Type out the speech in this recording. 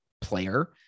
player